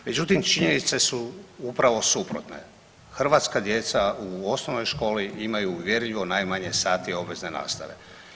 Međutim, činjenice su upravo suprotne, hrvatska djeca u osnovnoj školi imaju uvjerljivo najmanje sati obvezne nastave.